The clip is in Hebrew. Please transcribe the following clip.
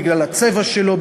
בגלל הצבע שלו,